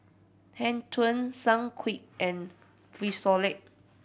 Hang Ten Sunquick and Frisolac